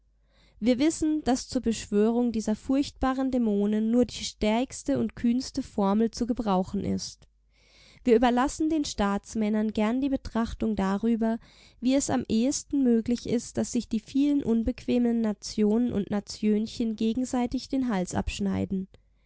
wir wissen daß zur beschwörung dieser furchtbaren dämonen nur die stärkste und kühnste formel zu gebrauchen ist wir überlassen den staatsmännern gern die betrachtung darüber wie es am ehesten möglich ist daß sich die vielen unbequemen nationen und natiönchen gegenseitig den hals abschneiden